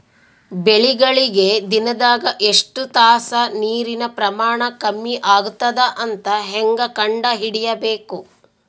ಬೆಳಿಗಳಿಗೆ ದಿನದಾಗ ಎಷ್ಟು ತಾಸ ನೀರಿನ ಪ್ರಮಾಣ ಕಮ್ಮಿ ಆಗತದ ಅಂತ ಹೇಂಗ ಕಂಡ ಹಿಡಿಯಬೇಕು?